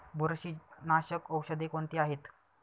बुरशीनाशक औषधे कोणती आहेत?